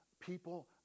people